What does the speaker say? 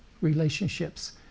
relationships